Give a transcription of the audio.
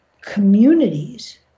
communities